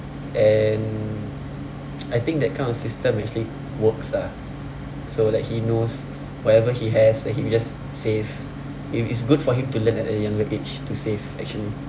and I think that kind of system actually works ah so like he knows whatever he has like he will just save it it's good for him to learn at a younger age to save actually